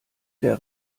der